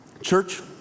church